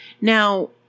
Now